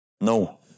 No